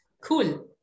Cool